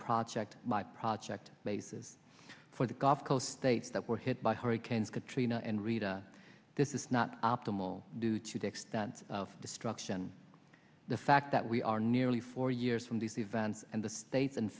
project by project basis for the gulf coast states that were hit by hurricanes katrina and rita this is not optimal due to the extent of destruction the fact that we are nearly four years from this event and the state